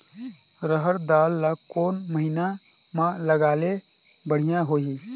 रहर दाल ला कोन महीना म लगाले बढ़िया होही?